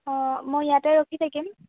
অঁ মই ইয়াতে ৰখি থাকিম